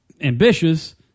ambitious